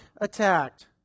attacked